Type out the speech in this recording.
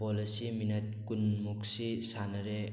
ꯕꯣꯜ ꯑꯁꯤ ꯃꯤꯅꯠ ꯀꯨꯟꯃꯨꯛ ꯁꯥꯟꯅꯔꯦ